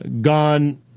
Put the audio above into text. gone